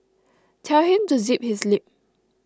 tell him to zip his lip